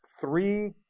three